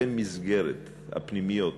במסגרת הפנימיות